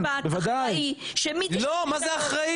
יש בית משפט אחראי --- לא, מה זה אחראי?